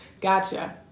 gotcha